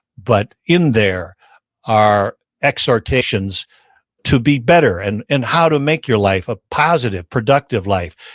but in there are exhortations to be better, and and how to make your life a positive, productive life.